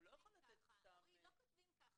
לא יכול לתת סתם --- אבל לא כותבים ככה.